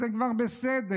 זה כבר בסדר.